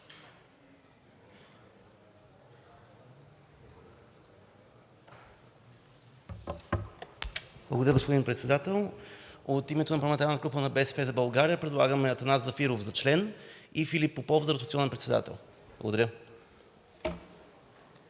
Благодаря, господин Председател. От името на парламентарната група на „БСП за България“ предлагам Атанас Зафиров за член и Филип Попов за ротационен председател. Благодаря.